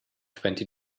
twenty